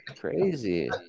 Crazy